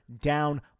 down